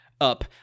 up